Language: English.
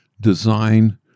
design